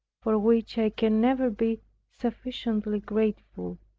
for which i can never be sufficiently grateful,